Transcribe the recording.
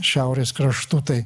šiaurės kraštų tai